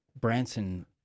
Branson